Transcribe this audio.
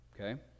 okay